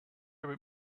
about